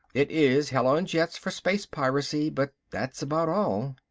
it is hell-on-jets for space piracy, but that's about all.